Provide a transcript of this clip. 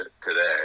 today